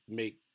make